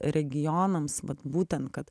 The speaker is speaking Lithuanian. regionams vat būtent kad